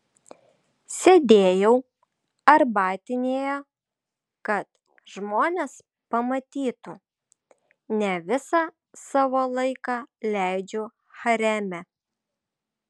sėdėjau arbatinėje kad žmonės pamatytų ne visą savo laiką leidžiu hareme